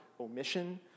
omission